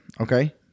Okay